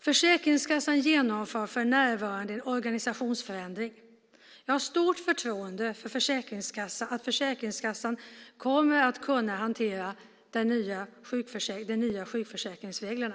Försäkringskassan genomför för närvarande en organisationsförändring. Jag har stort förtroende för att Försäkringskassan kommer att kunna hantera de nya sjukförsäkringsreglerna.